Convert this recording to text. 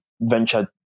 venture